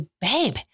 babe